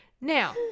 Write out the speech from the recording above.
Now